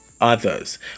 others